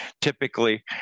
typically